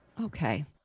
Okay